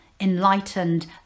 enlightened